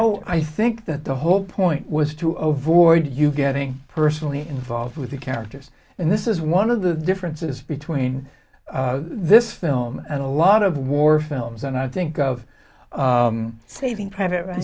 kero i think that the whole point was to avoid you getting personally involved with the characters and this is one of the differences between this film and a lot of war films and i think of saving private ryan